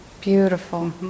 Beautiful